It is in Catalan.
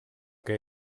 que